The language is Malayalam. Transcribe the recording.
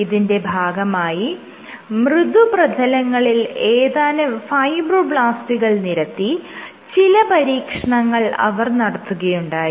ഇതിന്റെ ഭാഗമായി മൃദുപ്രതലങ്ങളിൽ ഏതാനും ഫൈബ്രോബ്ലാസ്റ്റുകൾ നിരത്തി ചില പരീക്ഷണങ്ങൾ അവർ നടത്തുകയുണ്ടായി